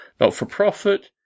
not-for-profit